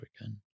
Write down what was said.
again